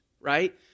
right